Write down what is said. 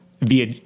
via